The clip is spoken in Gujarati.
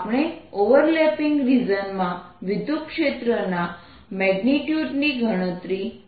આપણે ઓવરલેપિંગ રિજન માં વિદ્યુતક્ષેત્ર ના મેગ્નિટ્યુડ ની ગણતરી કરવાની છે